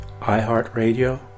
iHeartRadio